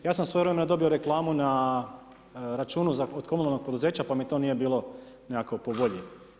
Ja sam svojevremeno dobio reklamu na računu od komunalnog poduzeća, pa mi to nije bilo nekako po volji.